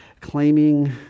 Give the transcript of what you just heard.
claiming